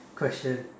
question